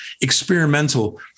experimental